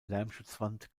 lärmschutzwand